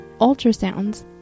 ultrasounds